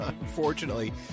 unfortunately